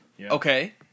okay